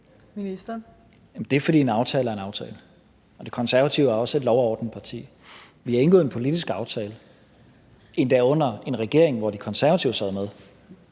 Det er, fordi en aftale er en aftale, og De Konservative er også selv et lov og orden-parti. Vi har indgået en politisk aftale, endda under en regering, hvor De Konservative sad med,